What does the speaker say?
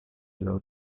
law